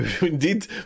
Indeed